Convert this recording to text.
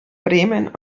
bremen